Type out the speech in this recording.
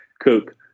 cook